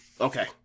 Okay